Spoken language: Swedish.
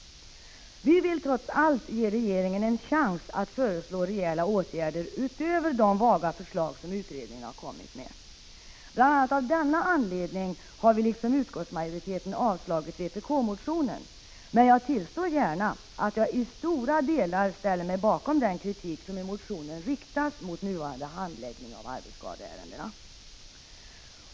Vi vill trots allt ge regeringen en chans att föreslå rejäla åtgärder utöver de vaga förslag som utredningen kommit med. Bl. a. av denna anledning har vi, liksom utskottsmajoriteten, avstyrkt vpk-motionen, men jag tillstår gärna att jag i stora delar ställer mig bakom den kritik som i motionen riktas mot nuvarande handläggning av arbetsskadeärendena.